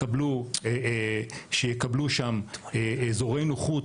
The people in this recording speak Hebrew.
שיקבלו שם אזורי נוחות,